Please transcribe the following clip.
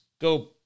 go